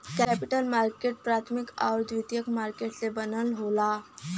capital market प्राथमिक आउर द्वितीयक मार्केट से बनल होला